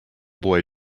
boy